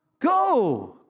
Go